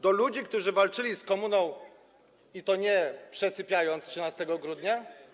Do ludzi, którzy walczyli z komuną, i to nie przesypiając 13 grudnia?